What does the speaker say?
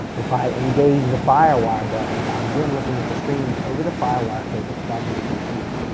if i engage the firewire buttons i'm then looking at the streams over the firewire cable from the computer.